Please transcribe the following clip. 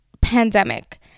pandemic